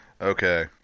Okay